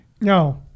No